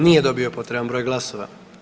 Nije dobio potreban broj glasova.